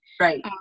Right